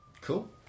Cool